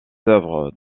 œuvres